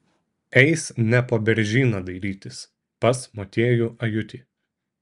eis ne po beržyną dairytis pas motiejų ajutį